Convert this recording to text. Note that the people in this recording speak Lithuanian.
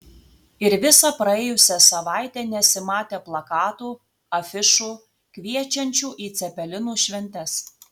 ir visą praėjusią savaitę nesimatė plakatų afišų kviečiančių į cepelinų šventes